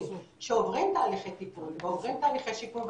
שעוברים תהליכי טיפול ועוברים תהליכי שיקום,